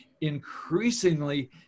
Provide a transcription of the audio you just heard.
increasingly